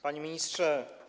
Panie Ministrze!